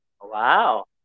Wow